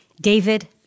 David